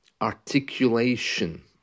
articulation